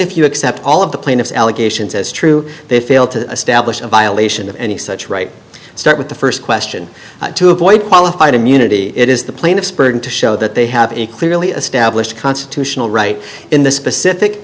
if you accept all of the plaintiff's allegations as true they fail to establish a violation of any such right start with the first question to avoid qualified immunity it is the plaintiff's burden to show that they have any clearly established constitutional right in the specific